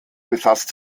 befasst